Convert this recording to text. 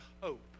hope